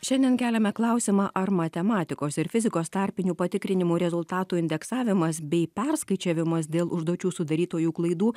šiandien keliame klausimą ar matematikos ir fizikos tarpinių patikrinimų rezultatų indeksavimas bei perskaičiavimas dėl užduočių sudarytojų klaidų